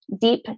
Deep